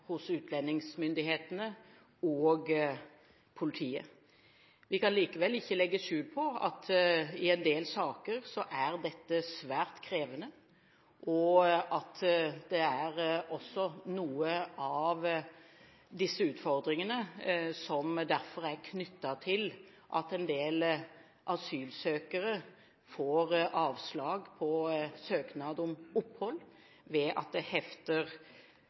utlendingsmyndighetene og politiet. Vi kan likevel ikke legge skjul på at i en del saker er dette svært krevende, og at noen av disse utfordringene derfor er knyttet til at en del asylsøkere får avslag på søknad om opphold ved at det hefter